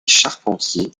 charpentier